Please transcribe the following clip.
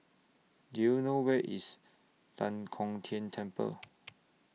Do YOU know Where IS Tan Kong Tian Temple